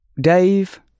Dave